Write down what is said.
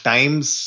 Times